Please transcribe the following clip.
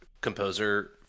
composer